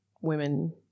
women